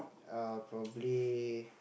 uh probably